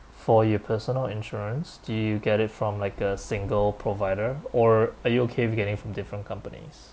for your personal insurance do you get it from like a single provider or are you okay with getting from different companies